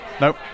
Nope